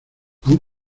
aun